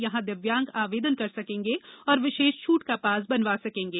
यहां दिव्यांग आवेदन कर सकेंगे और विशेष छूट का पास बनवा सकेंगे